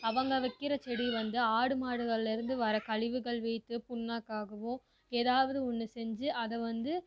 அவங்க வைக்கிற செடி வந்து ஆடு மாடுகளில் இருந்து வரக் கழிவுகள் வீத்து பிண்ணாக்கு ஆகவோ எதாவது ஒன்று செஞ்சு அதை வந்து